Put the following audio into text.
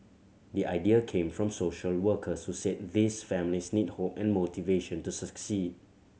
the idea came from social workers who said these families need hope and motivation to succeed